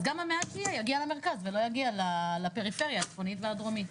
אז גם המעט שיהיה יגיע למרכז ולא יגיע לפריפריה הצפונית והדרומית,